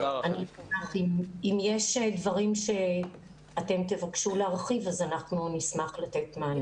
אם יש דברים שתבקשו להרחיב, אנחנו נשמח לתת מענה.